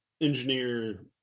engineer